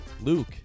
Luke